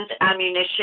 ammunition